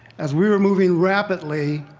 as we were moving rapidly,